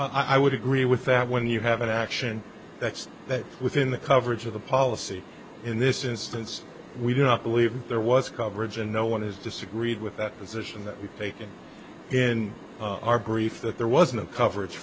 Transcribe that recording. carrier i would agree with that when you have an action that's that within the coverage of the policy in this instance we do not believe there was coverage and no one has disagreed with that position that we've taken in our brief that there was no coverage